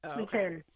okay